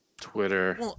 twitter